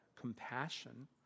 compassion